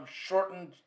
shortened